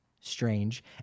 Strange